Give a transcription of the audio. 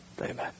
amen